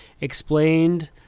explained